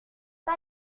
pas